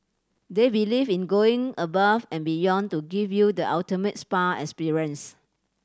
they believe in going above and beyond to give you the ultimate spa experience